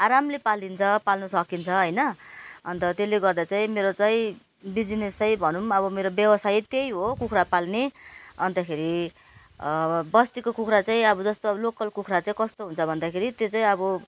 आरामले पालिन्छ पाल्नु सकिन्छ होइन अन्त त्यसले गर्दा चाहिँ मेरो चाहिँ बिजिनेस चाहिँ भनौँ अब मेरो व्यवसाय त्यही हो कुखुरा पाल्ने अन्तखेरि बस्तीको कुखुरा चाहिँ अब जस्तो लोकल कुखुरा चाहिँ कस्तो हुन्छ भन्दाखेरि त्यो चाहिँ अब